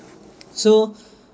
so